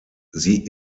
sie